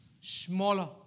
smaller